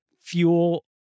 fuel